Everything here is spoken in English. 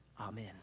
Amen